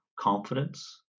confidence